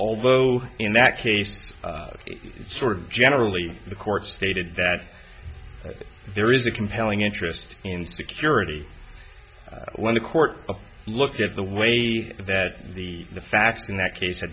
lthough in that case sort of generally the court stated that there is a compelling interest in security when the court looked at the way that the the facts in that case